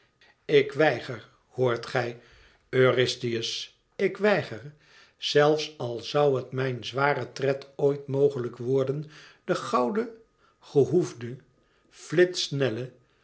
ik weiger hoort gij eurystheus ik weiger zelfs al zoû het mijn zwaren tred oit mogelijk worden de gouden gehoefde